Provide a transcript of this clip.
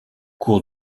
cour